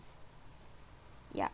ya